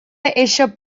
eixa